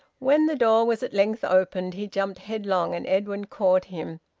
when the door was at length opened, he jumped headlong, and edwin caught him.